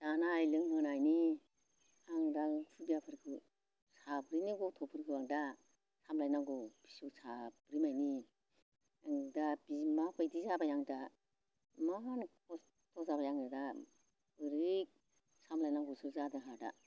जानाय लोंहोनायनि आं दा खुदियाफोरखौ साब्रैनि गथ'फोरखौ आं दा सामलायनांगौ फिसौ साब्रै मानि आं दा बिमा बायदि जाबाय आं दा इमान खस्थ' जाबाय आङो दा बोरै सामलायनांगौसो जादों आंहा दा